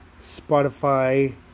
Spotify